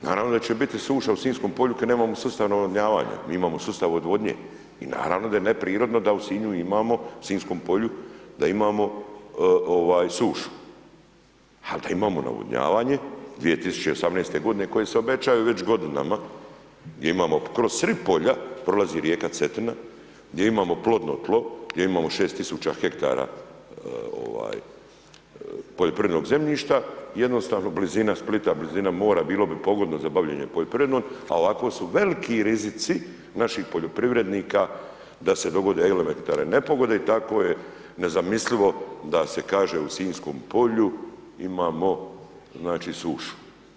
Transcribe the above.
Naravno da će biti suša u Sinjskom polju kad nemamo sustav navodnjavanja, mi imamo sustav odvodnje. i naravno da je neprirodno da u Sinju imamo, u Sinjskom polju da imamo sušu ali da imamo navodnjavanje, 2018. g. koje se obećaju već godinama gdje imamo sred polja prolazi rijeka Cetina, gdje imamo plodno tlo, gdje imamo 6000 ha poljoprivrednog zemljišta, jednostavno blizina Splita, blizina mora bilo bi pogodno za bavljenje poljoprivredom a ovako su veliki rizici naših poljoprivrednika da se dogode elementarne nepogode i tako je nezamislivo da se kaže u Sinjskom polju imamo sušu.